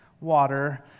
water